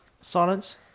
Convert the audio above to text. silence